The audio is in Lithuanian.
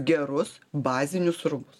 gerus bazinius rūbus